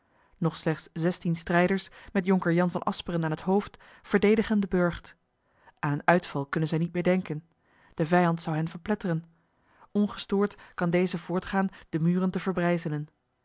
nog slechts zestien strijders met jonker jan van asperen aan het hoofd verdedigen den burcht aan een uitval kunnen zij niet meer denken de vijand zou hen verpletteren ongestoord kan deze voortgaan de muren te